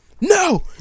No